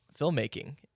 filmmaking